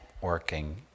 working